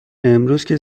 امروزکه